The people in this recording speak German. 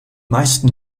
meisten